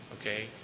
Okay